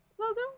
logo